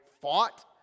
fought